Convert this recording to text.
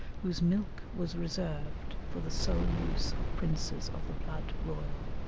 whose milk was reserved for the sole use of princes of the blood royal.